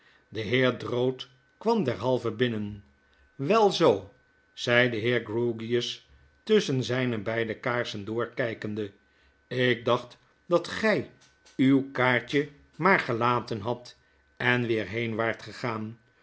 de heer drood kwam derhalve binnen wel zoo zei de heer grewgious tusschen zyne beide kaarsen door kjjkende ik dacht dat gij uw kaartje maar gelaten had en weer heen waart gegaan